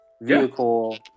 vehicle